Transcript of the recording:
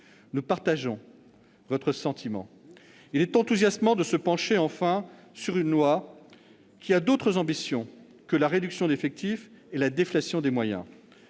Nous partageons votre sentiment. Il est enthousiasmant de se pencher enfin sur une loi qui a d'autres ambitions que la réduction d'effectifs et la déflation des moyens.